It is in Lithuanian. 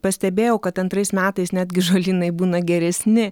pastebėjau kad antrais metais netgi žolynai būna geresni